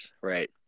right